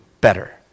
better